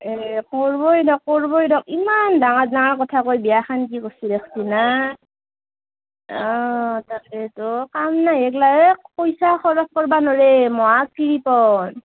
এ কৰিবই দক কৰিবই দক ইমান ডাঙৰ ডাঙৰ কথা কৈ বিয়া খন কি কছ্ছি দেখছি না অঁ তাকেটো কাম নাই এগলা এ পইচা খৰছ কৰিব নৰে মহা কৃপণ